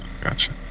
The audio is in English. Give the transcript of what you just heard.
gotcha